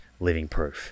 livingproof